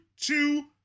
two